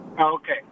okay